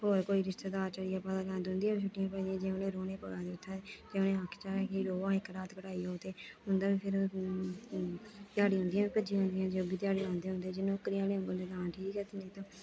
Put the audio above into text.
होर कोई रिश्तेदार चली गे पता लैन ते उंदियां बी छुट्टियां भजदियां जे उनें आखचै उ'नेंगी रौह्ने पोऐ उत्थै ते उ'नेंगी आखचै कि रवै इक रात कटाई ओड़दे उं'दा बी फिर ध्याड़ियां उंदियां बी भज्जी जंदियां जे ओह् बी ध्याड़ी लांदे होंदे जे नौकरी आह्लें गी बोलो ते तां ठीक ऐ